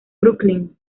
brooklyn